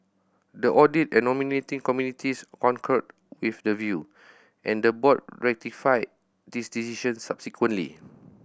the audit and nominating committees concurred with the view and the board ratified this decision subsequently